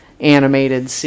Animated